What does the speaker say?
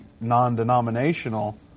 non-denominational